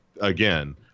again